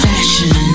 Fashion